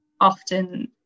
often